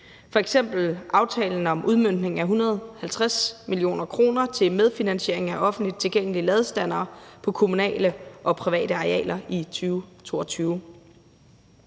f.eks. aftalen om udmøntning af 150 mio. kr. til medfinansiering af offentligt tilgængelige ladestandere på kommunale og private arealer i 2022.